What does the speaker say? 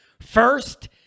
First